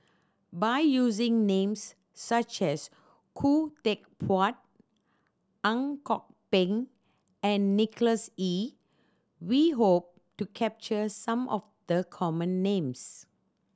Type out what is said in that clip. by using names such as Khoo Teck Puat Ang Kok Peng and Nicholas Ee we hope to capture some of the common names